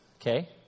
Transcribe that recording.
Okay